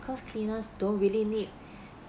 cause cleaners don't really need